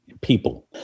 people